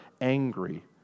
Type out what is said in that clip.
angry